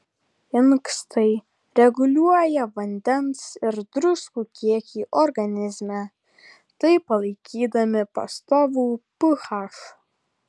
inkstai reguliuoja vandens ir druskų kiekį organizme taip palaikydami pastovų ph